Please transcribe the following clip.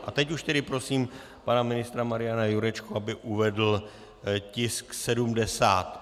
A teď už tedy prosím pana ministra Mariana Jurečku, aby uvedl tisk 70.